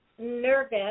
nervous